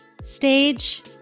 stage